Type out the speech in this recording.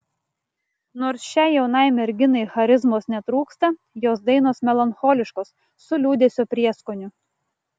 nors šiai jaunai merginai charizmos netrūksta jos dainos melancholiškos su liūdesio prieskoniu